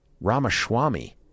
Ramaswamy